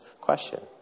question